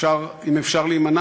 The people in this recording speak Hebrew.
אם אפשר להימנע,